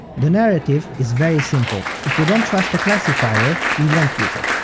the narrative is very simple if we don't trust a classifier, we won't use it.